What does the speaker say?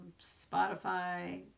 Spotify